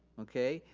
okay?